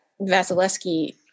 Vasilevsky